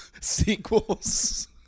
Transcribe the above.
sequels